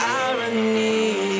irony